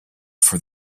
for